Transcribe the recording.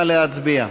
נא להצביע.